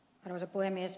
arvoisa puhemies